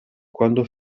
quando